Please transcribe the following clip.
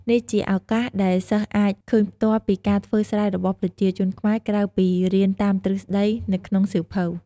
នេះជាឱកាសដែលសិស្សអាចឃើញផ្ទាល់ពីការធ្វើស្រែរបស់ប្រជាជនខ្មែរ ក្រៅពីរៀនតាមទ្រឹស្តីនៅក្នុងសៀវភៅ។